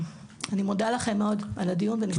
אני מודה לכם מאוד על הדיון, ונשמח גם להגיע.